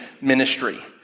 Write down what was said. ministry